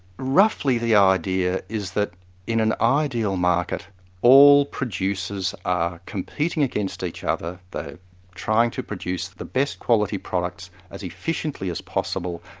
roughly the idea is that in an ideal market all producers are competing against each other, they're trying to produce the best quality products as efficiently as possible,